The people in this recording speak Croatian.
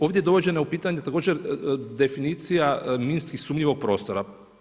Ovdje je dovođeno u pitanje također definicija minski sumnjivog prostora.